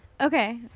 okay